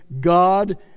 God